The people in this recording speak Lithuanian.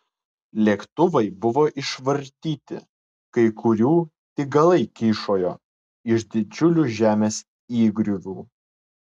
lėktuvai buvo išvartyti kai kurių tik galai kyšojo iš didžiulių žemės įgriuvų